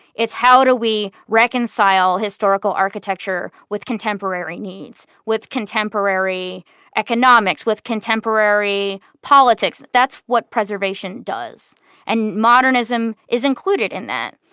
it's how do we reconcile historical architecture with contemporary needs, with contemporary economics, with contemporary politics. that's what preservation does and modernism is included in that.